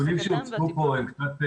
החזקתם --- הנתונים שהוצגו פה הם קצת